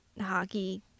hockey